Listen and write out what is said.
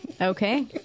Okay